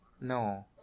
No